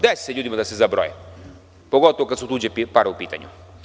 Desi se ljudima da se zabroje, pogotovo kada su tuđe pare upitanju.